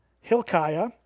Hilkiah